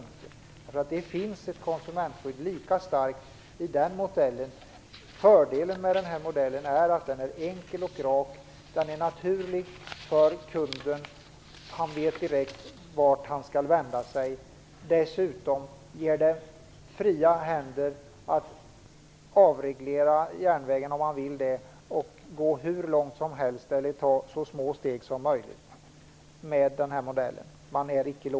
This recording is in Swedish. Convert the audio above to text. Det finns i den modell vi föreslår ett lika starkt konsumentskydd. Fördelen med den är att den är enkel och rak. Den är naturlig för kunden. Han vet direkt vart han skall vända sig. Dessutom ger den fria händer för att avreglera järnvägen, om man vill det, och gå hur långt som helst eller ta så små steg som möjligt. Man är icke låst med denna modell.